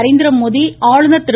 நரேந்திரமோடி ஆளுநர் திரு